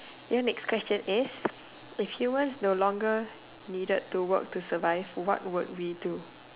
ya next question is if humans no longer needed to work to survive what would we do